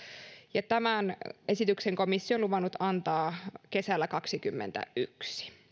tämän direktiivin muutosehdotuksen komissio on luvannut antaa kesällä kaksikymmentäyksi